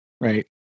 Right